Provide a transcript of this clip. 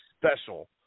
special